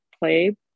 play